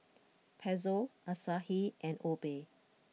Pezzo Asahi and Obey